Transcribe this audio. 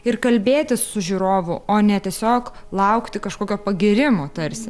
ir kalbėtis su žiūrovu o ne tiesiog laukti kažkokio pagyrimo tarsi